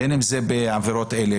בין אם אלה עבירות כאלה,